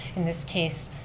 in this case,